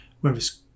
Whereas